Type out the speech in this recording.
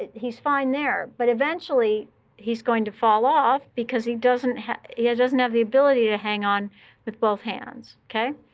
he's fine there, but eventually he's going to fall off. because he doesn't have yeah doesn't have the ability to hang on with both hands, ok?